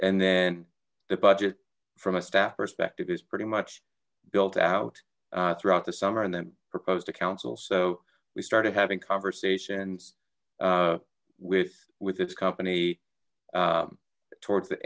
and then the budget from a staff perspective is pretty much built out throughout the summer and then proposed to council so we started having conversations with with its company towards the